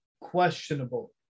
questionable